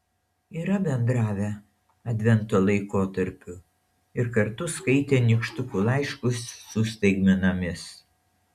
yra bendravę advento laikotarpiu ir kartu skaitę nykštukų laiškus su staigmenomis